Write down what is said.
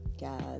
guys